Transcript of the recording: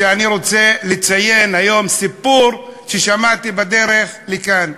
אני רוצה לציין היום סיפור ששמעתי בדרך לכאן.